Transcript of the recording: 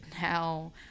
now